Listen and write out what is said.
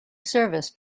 service